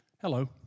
Hello